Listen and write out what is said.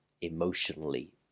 emotionally